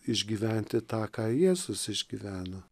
išgyventi tą ką jėzus išgyveno